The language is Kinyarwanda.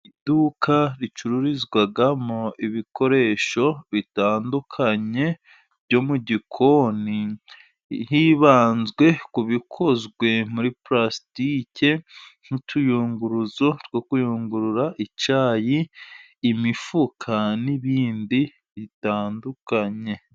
Iduka ricururizwamo ibikoresho bitandukanye byo mu gikoni, hibanzwe ku bikozwe muri pulasitike nk'utuyunguruzo two kuyungurura icyayi, imifuka n'ibindi bitandukanye.